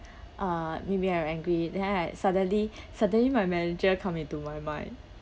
uh maybe I'm angry then I suddenly suddenly my manager come into my mind